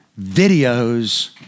videos